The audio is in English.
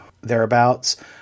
thereabouts